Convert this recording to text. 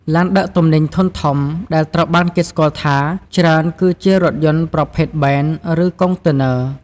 ឡានដឹកទំនិញធុនធំដែលត្រូវបានគេស្គាល់ថាច្រើនគឺជារថយន្តប្រភេទបែន ឬកុងតឺន័រ។